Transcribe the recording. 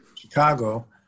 Chicago